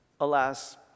Alas